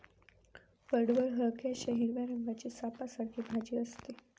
पडवळ हलक्याशा हिरव्या रंगाची सापासारखी भाजी असते